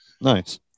Nice